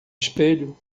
espelho